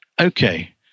okay